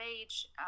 age